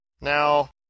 Now